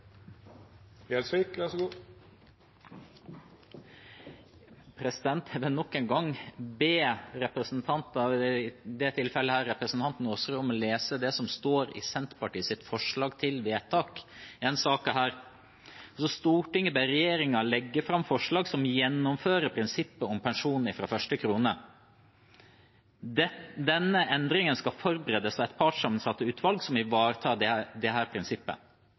vil nok en gang be representanter – i dette tilfellet representanten Aasrud – lese hva som står i Senterpartiets forslag til vedtak i denne saken: «Stortinget ber regjeringen legge fram forslag som gjennomfører prinsippet om pensjon fra første krone. Denne endringen skal forberedes av et partssammensatt utvalg som ivaretar dette prinsippet.» Det er forslaget Senterpartiet har lagt fram i denne saken, som vi hadde håpet det